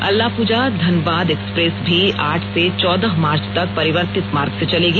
Alappuzha Dhanbad express भी आठ से चौदह मार्च तक परिवर्तित मार्ग से चलेगी